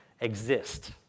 exist